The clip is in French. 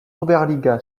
oberliga